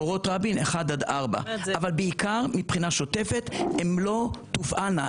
אורות רבין 1-4. אבל בעיקר בבחינה שוטפת הן לא תופעלנה,